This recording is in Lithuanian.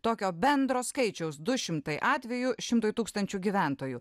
tokio bendro skaičiaus du šimtai atvejų šimtui tūkstančių gyventojų